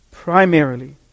Primarily